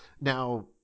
Now